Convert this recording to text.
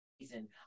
season